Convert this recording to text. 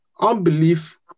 unbelief